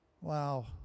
Wow